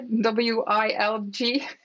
W-I-L-G